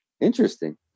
Interesting